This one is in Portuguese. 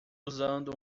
usando